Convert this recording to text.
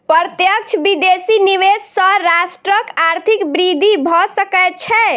प्रत्यक्ष विदेशी निवेश सॅ राष्ट्रक आर्थिक वृद्धि भ सकै छै